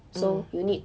mm